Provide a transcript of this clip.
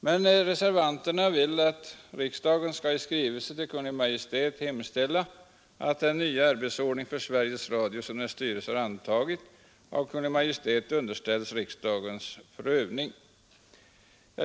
Men reservanterna vill att riksdagen i skrivelse till Kungl. Maj:t skall hemställa att den nya arbetsordning för Sveriges Radio som dess styrelse antagit av Kungl. Maj:t underställs riksdagens prövning.